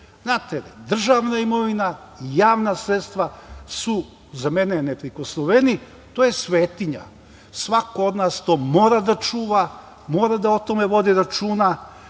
Znate, državna imovina i javna sredstva su za mene neprikosnoveni, to je svetinja. Svako od nas to mora da čuva, mora da o tome vodi računa